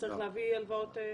שצריך להביא הלוואות?